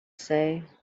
say